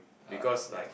because like